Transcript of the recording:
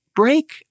break